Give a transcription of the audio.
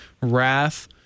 wrath